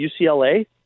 UCLA